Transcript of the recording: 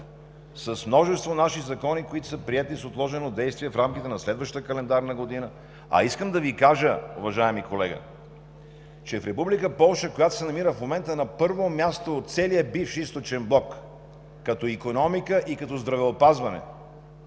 С множество наши закони, които са приети с отложено действие в рамките на следваща календарна година. А искам да Ви кажа, уважаеми колега, че в Република Полша, която в момента се намира на първо място от целия бивш източен блок като икономика и като здравеопазване,